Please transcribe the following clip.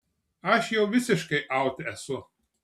aš jau visiškai aut esu